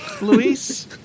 Luis